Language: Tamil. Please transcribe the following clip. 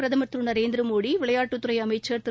பிரதமர் திரு நரேந்திர மோடி விளையாட்டு துறை அமைச்சர் திரு